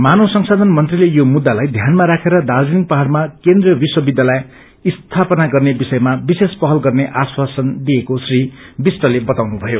मानव संसायन मंत्रीले यो मुखालाई ध्यानमा राखेर दार्जीलिङ पहाइमा केन्द्रीय विश्व विध्यालय स्थापना गर्ने विषयमा विशेष पहल गर्ने आश्वासन दिएको श्री विष्टले वताउनु भयो